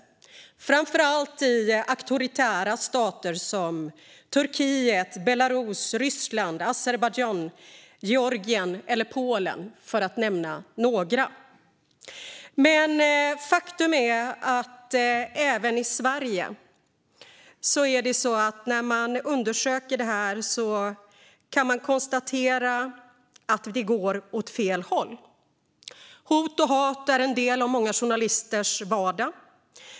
Vi ser det framför allt i auktoritära stater som Turkiet, Belarus, Ryssland, Azerbajdzjan, Georgien och Polen, för att nämna några. När man undersöker detta kan man dock konstatera att det går åt fel håll även i Sverige. Hot och hat är en del av många journalisters vardag.